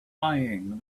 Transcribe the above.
eyeing